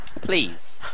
Please